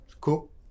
Cool